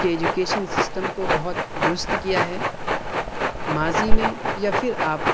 کے education system کو بہت دُرست کیا ہے ماضی میں یا پھر آپ